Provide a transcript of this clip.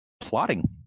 plotting